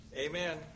Amen